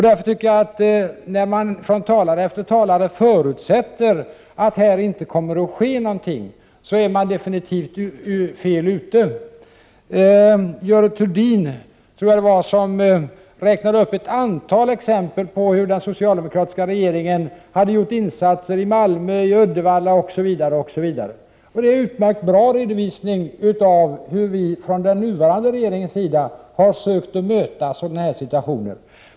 Den ena talaren efter den andra utgår från att här ingenting skall ske, men det är absolut fel. Görel Thurdin räknade upp ett antal exempel på hur den socialdemokratiska regeringen har gjort insatser i Malmö, Uddevalla, osv. Det är en utmärkt bra redovisning av hur den nuvarande regeringen har sökt möta sådana här situationer.